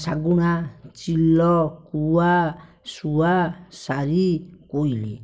ଶାଗୁଣା ଚିଲ କୁଆ ଶୁଆସାରି କୋଇଲି